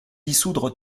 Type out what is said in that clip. dissoudre